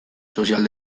sozial